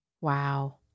Wow